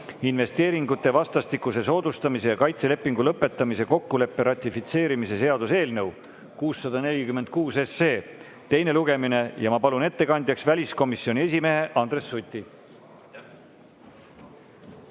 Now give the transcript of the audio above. investeeringute vastastikuse soodustamise ja kaitse lepingu lõpetamise kokkuleppe ratifitseerimise seaduse eelnõu 646 teine lugemine. Ma palun ettekandjaks väliskomisjoni esimehe Andres Suti.